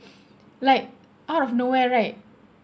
like out of nowhere right